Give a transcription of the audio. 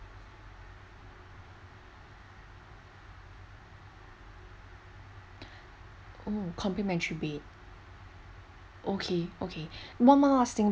oh complimentary bed okay okay one more last thing